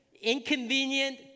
inconvenient